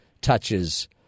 touches